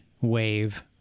wave